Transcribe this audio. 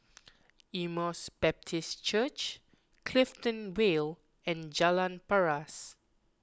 Emmaus Baptist Church Clifton Vale and Jalan Paras